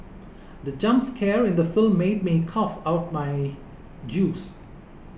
the jump scare in the film made me cough out my juice